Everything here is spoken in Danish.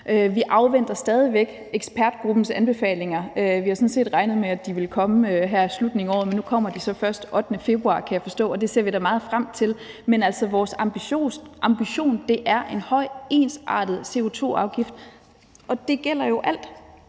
Vi afventer stadig væk ekspertgruppens anbefalinger. Vi havde sådan set regnet med, at de ville komme her i slutningen af året, men nu kommer de så først den 8. februar 2022, kan jeg forstå, og det ser vi da meget frem til. Men altså, vores ambition er en høj, ensartet CO2-afgift, og det gælder jo for